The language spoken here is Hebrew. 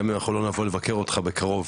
גם אם אנחנו לא נבוא לבקר אותך בקרוב.